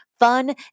fun